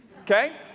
okay